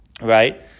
right